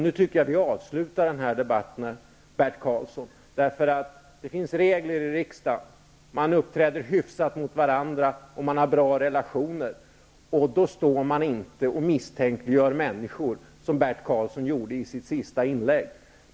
Nu tycker jag att vi avslutar denna debatt, Bert Karlsson. Det finns regler i riksdagen. Man uppträder hyfsat mot varandra, och man har bra relationer. Då står man inte och misstänkliggör människor, som Bert Karlsson gjorde i sitt sista inlägg.